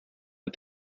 but